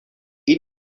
این